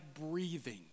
breathing